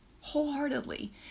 Wholeheartedly